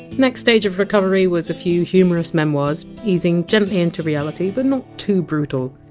next stage of recovery was a few humorous memoirs easing gently into reality, but not too brutal.